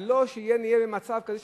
ולא כשנהיה במצב כזה,